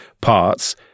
parts